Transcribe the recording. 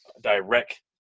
direct